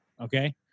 okay